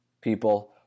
people